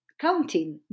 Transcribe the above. counting